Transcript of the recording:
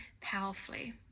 powerfully